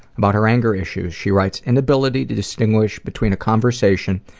about her anger issues she writes, inability to distinguish between a conversation,